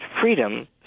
freedom